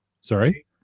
Sorry